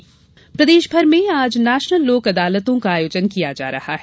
national लोक अदालत प्रदेश भर में आज नेशनल लोक अदालतों का आयोजन किया जा रहा है